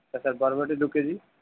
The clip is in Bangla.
আচ্ছা স্যার বরবটি দু কেজি